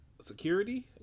security